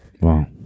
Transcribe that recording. Wow